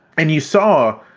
and you saw,